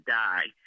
die